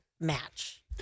match